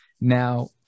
Now